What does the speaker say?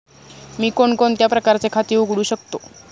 मी कोणकोणत्या प्रकारचे खाते उघडू शकतो?